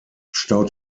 staut